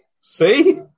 See